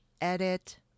edit